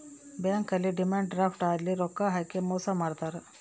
bank ಅಲ್ಲಿ demand draft ಅಲ್ಲಿ ರೊಕ್ಕ ಹಾಕಿ ಮೋಸ ಮಾಡ್ತಾರ